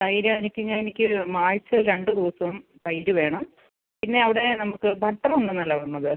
തൈര് എനിക്ക് ഞാൻ എനിക്ക് ആഴ്ച്ചയിൽ രണ്ട് ദിവസം തൈര് വേണം പിന്നെ അവിടെ നമുക്ക് ബട്ടർ ഉണ്ട് എന്നല്ലേ പറഞ്ഞത്